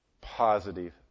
positive